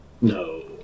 No